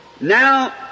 Now